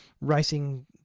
racing